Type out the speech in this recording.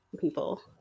people